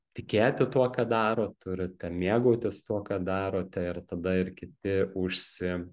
tikėti tuo ką darot turite mėgautis tuo ką darote ir tada ir kiti užsi